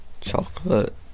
chocolate